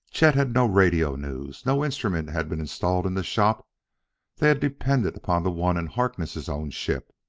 chet had no radio-news no instrument had been installed in the shop they had depended upon the one in harkness' own ship.